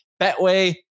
Betway